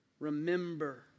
Remember